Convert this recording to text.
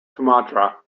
sumatra